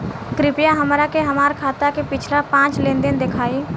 कृपया हमरा के हमार खाता के पिछला पांच लेनदेन देखाईं